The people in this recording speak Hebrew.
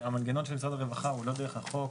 משרד הרווחה נותן תוספת מיוחדת בשל נכותו,